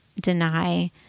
deny